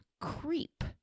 creep